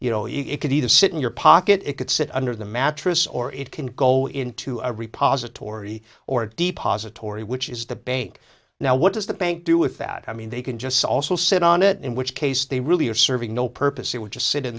you know it could be to sit in your pocket it could sit under the mattress or it can go into a repository or depository which is the bank now what does the bank do with that i mean they can just also sit on it in which case they really are serving no purpose it would just sit in